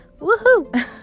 woohoo